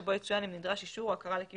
שבו יצוין אם נדרש אישור או הכרה לקיום